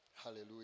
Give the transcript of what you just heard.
Hallelujah